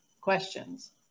questions